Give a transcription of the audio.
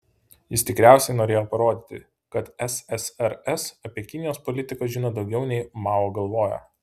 jis tikriausiai norėjo parodyti kad ssrs apie kinijos politiką žino daugiau nei mao galvoja